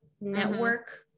network